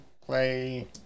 play